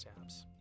apps